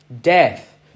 death